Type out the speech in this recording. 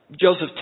Joseph